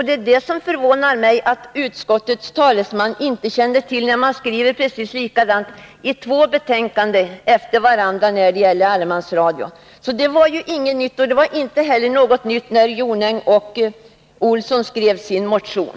Det är ju förvånansvärt att utskottets talesman inte kände till att utskottet skrivit precis likadant i två betänkanden efter varandra. Det var alltså inget nytt, och det var inte heller något nytt när Gunnel Jonäng och Johan A. Olsson skrev sin motion.